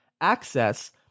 access